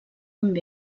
amb